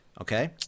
Okay